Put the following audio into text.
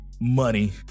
money